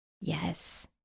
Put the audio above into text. Yes